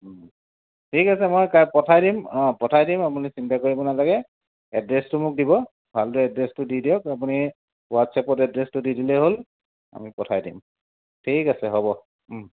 ঠিক আছে মই পঠাই দিম অঁ পঠাই দিম আপুনি চিন্তা কৰিব নালাগে এড্ৰেছটো মোক দিব ভালদৰে এড্ৰেছটো দি দিয়ক আপুনি হোৱাটছএপত এড্ৰেছটো দি দিলেই হ'ল আমি পঠাই দিম ঠিক আছে হ'ব